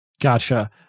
Gotcha